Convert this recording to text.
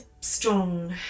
strong